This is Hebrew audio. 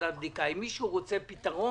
תאמינו לי, אם מישהו אכן רוצה פתרון,